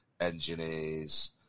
engineers